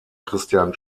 christian